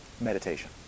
meditation